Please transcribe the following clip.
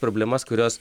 problemas kurios